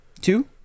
two